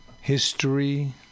history